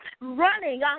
running